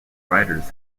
riders